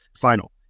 final